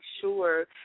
sure